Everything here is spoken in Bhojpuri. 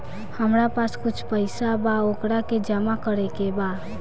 हमरा पास कुछ पईसा बा वोकरा के जमा करे के बा?